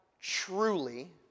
truly